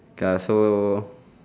ya so